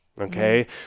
Okay